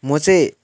म चाहिँ